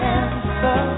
answer